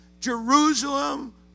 Jerusalem